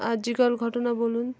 আর G Kar ঘটনা বলুন